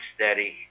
steady